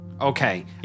Okay